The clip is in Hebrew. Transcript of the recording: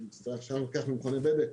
אני מצטער שאני לוקח ממכוני בדק.